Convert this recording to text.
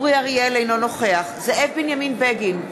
אינו נוכח זאב בנימין בגין,